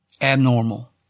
Abnormal